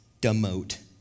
demote